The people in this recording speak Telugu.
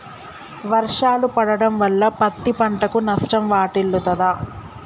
వర్షాలు పడటం వల్ల పత్తి పంటకు నష్టం వాటిల్లుతదా?